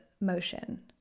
motion